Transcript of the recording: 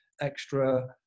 extra